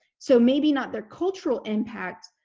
so maybe not their cultural impact,